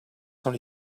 sans